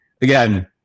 again